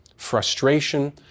frustration